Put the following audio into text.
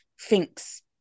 thinks